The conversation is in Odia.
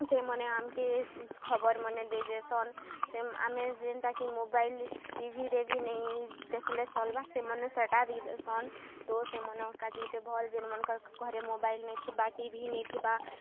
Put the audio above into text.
ସେମାନେ ଆମ୍କେ ଖବର୍ ମାନେ ଦେଇଯାଏସନ୍ ଆମେ ଯେନ୍ଟାକି ମୋବାଇଲ୍ ଟିଭିରେ ବି ନେଇଁ ଦେଖ୍ଲେ ଚଲ୍ବା ସେମାନେ ସେ'ଟା ଦେଇଦେସନ୍ ତ ସେମାନ୍ଙ୍କର୍ କା'ଯେ ଗୁଟେ ଭଲ୍ ଯେନ୍ ମାନ୍ଙ୍କର୍ ଘରେ ମୋବାଇଲ୍ ନାଇ ଥିବା ଟିଭି ନାଇ ଥିବା